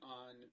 on